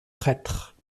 prêtre